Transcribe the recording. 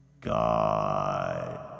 God